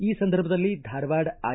ಈ ಸಂದರ್ಭದಲ್ಲಿ ಧಾರವಾಡ ಐ